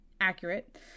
accurate